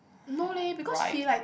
no leh because he like